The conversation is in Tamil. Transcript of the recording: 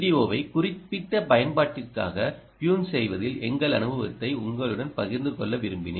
ஓவை குறிப்பிட்ட பயன்யாட்டிற்காக டியூன் செய்வதில் எங்கள் அனுபவத்தை உங்களுடன் பகிர்ந்து கொள்ள விரும்பினேன்